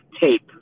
tape